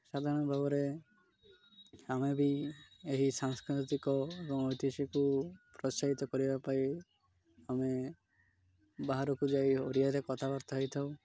ସାଧାରଣ ଭାବରେ ଆମେ ବି ଏହି ସାଂସ୍କୃତିକ ଏବଂ ଐତିହାସକୁ ପ୍ରୋତ୍ସାହିତ କରିବା ପାଇଁ ଆମେ ବାହାରକୁ ଯାଇ ଓଡ଼ିଆରେ କଥାବାର୍ତ୍ତା ହେଇଥାଉ